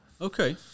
Okay